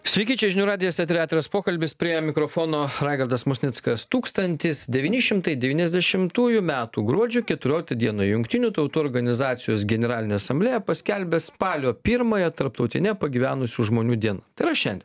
sveiki čia žinių radijas etery atviras pokalbis prie mikrofono raigardas musnickas tūkstantis devyni šimtai devyniasdešimtųjų metų gruodžio keturioliktą dieną jungtinių tautų organizacijos generalinė asamblėja paskelbė spalio pirmąją tarptautine pagyvenusių žmonių diena tai yra šiandien